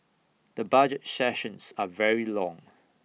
the budget sessions are very long